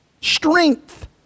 strength